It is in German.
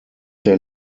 der